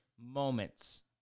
moments